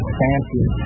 fancy